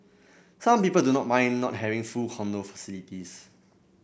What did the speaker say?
some people do not mind not having full condo facilities